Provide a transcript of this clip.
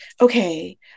okay